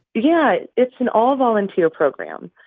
yeah, it's an all-volunteer program.